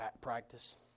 practice